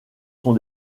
sont